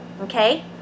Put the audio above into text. okay